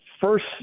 first